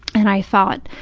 and i thought,